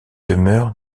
demeure